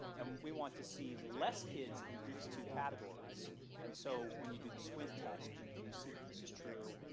and we want to see less kids in these two categories and so when you do the squint test, you you see this is true,